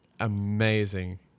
amazing